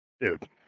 dude